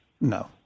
No